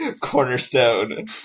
cornerstone